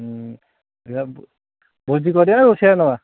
ଦେଖିବା ଭୋଜି କରିବା ନା ରୋଷେଇଆ ନେବା